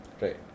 Right